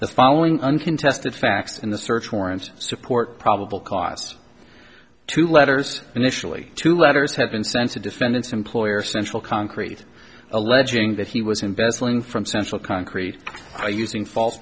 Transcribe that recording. the following uncontested facts in the search warrants support probable cause to letters initially two letters have been since a defendant's employer central concrete alleging that he was embezzling from central concrete using fa